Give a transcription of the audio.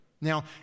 Now